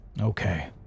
Okay